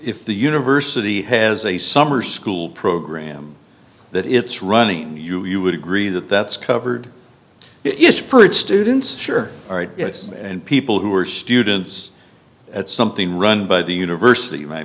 the university has a summer school program that it's running you would agree that that's covered if students sure are yes and people who were students at something run by the university my